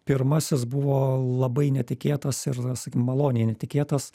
pirmasis buvo labai netikėtas ir maloniai netikėtas